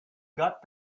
got